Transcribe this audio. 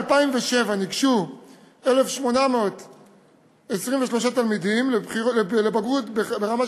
ב-2007 ניגשו 1,823 תלמידים לבגרות ברמה